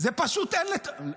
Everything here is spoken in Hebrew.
פשוט אין לתאר.